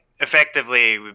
effectively